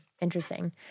Interesting